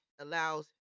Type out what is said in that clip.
allows